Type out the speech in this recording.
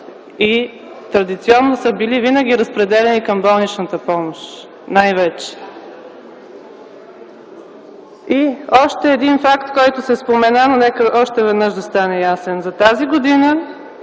и традиционно са били винаги разпределяни към болничната помощ. Още един факт, който се спомена, но нека още веднъж, за да стане ясен. За тази година